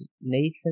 Nathan